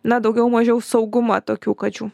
na daugiau mažiau saugumą tokių kačių